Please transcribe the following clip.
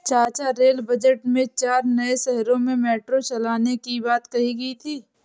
चाचा rail budget में चार नए शहरों में मेट्रो चलाने की बात कही गई थी